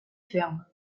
ferme